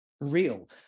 real